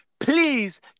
Please